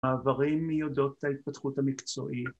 ‫מעברים מיודות ההתפתחות המקצועית.